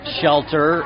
shelter